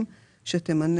באנו לתקן